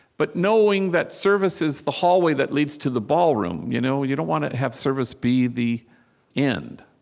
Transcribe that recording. but knowing that service is the hallway that leads to the ballroom, you know you don't want to have service be the end.